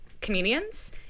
comedians